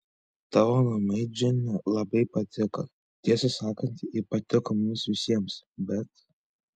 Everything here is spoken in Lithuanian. tavo mamai džine labai patiko tiesą sakant ji patiko mums visiems bet